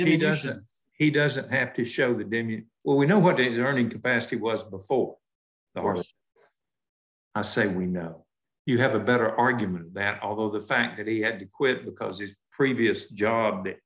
he doesn't he doesn't have to show it to me well we know what did earning capacity was before the horse so i say we know you have a better argument that although the fact that he had to quit because his previous job th